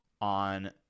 on